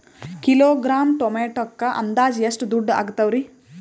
Kilogram ಟೊಮೆಟೊಕ್ಕ ಅಂದಾಜ್ ಎಷ್ಟ ದುಡ್ಡ ಅಗತವರಿ?